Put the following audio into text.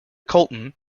colton